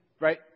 right